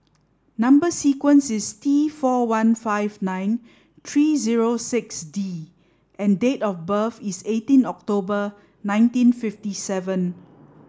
number sequence is T four one five nine three zero six D and date of birth is eighteen October nineteen fifty seven